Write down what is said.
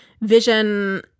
vision